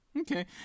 Okay